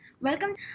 Welcome